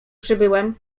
przybyłem